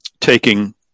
taking